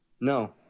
No